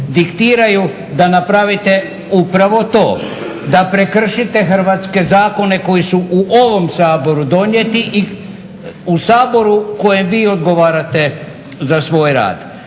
da napravite upravo to, da prekršite hrvatske zakone koji su u ovom Saboru donijeti i u saboru kojem vi odgovarate za svoj rad.